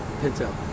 Pinto